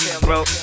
bro